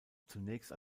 zunächst